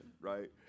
right